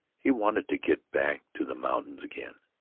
he wanted to get back to the mountains again,